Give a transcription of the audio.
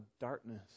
darkness